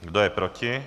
Kdo je proti?